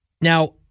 Now